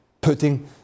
putting